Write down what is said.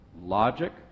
logic